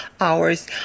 hours